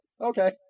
okay